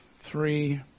three